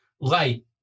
light